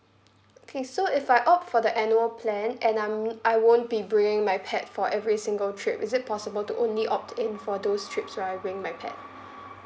okay so if I opt for the annual plan and I'm I won't be bringing my pet for every single trip is it possible to only opt in for those trips where I bring my pet